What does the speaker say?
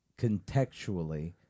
contextually